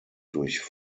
durch